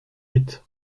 huit